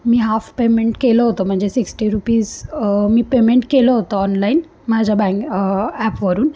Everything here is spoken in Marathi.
मी हाफ पेमेंट केलं होतं म्हणजे सिक्स्टी रुपीज मी पेमेंट केलं होतं ऑनलाईन माझ्या बँक ॲपवरून